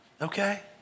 okay